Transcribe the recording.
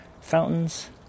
fountains